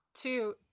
two